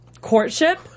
courtship